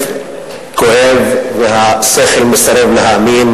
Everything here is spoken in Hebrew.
כואב, והשכל מסרב להאמין